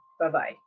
bye-bye